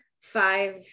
five